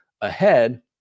ahead